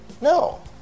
No